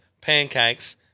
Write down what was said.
pancakes